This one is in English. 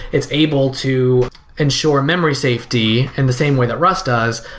is able to ensure memory safety in the same way that rust does,